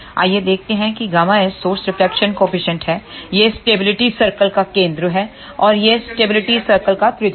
आइए देखते हैं कि Γs स्रोत रिफ्लेक्शन कॉएफिशिएंट है यह स्टेबिलिटी सर्कल का केंद्र है और यह स्टेबिलिटी सर्कल की त्रिज्या है